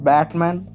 Batman